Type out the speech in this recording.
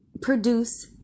produce